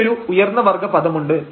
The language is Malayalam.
കൂടെയൊരു ഉയർന്ന വർഗ്ഗ പദം ഉണ്ട്